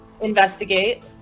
investigate